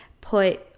put